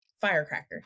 firecracker